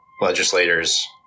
legislators